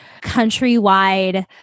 countrywide